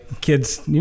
kids